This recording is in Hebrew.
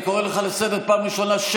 אני קורא אותך לסדר בפעם הראשונה.